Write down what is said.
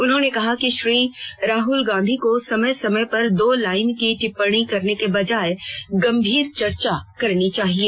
उन्होंने कहा कि श्री राहुल गांधी को समय समय पर दो लाइन की टिप्पणी करने की बजाय गंभीर चर्चा करनी चाहिए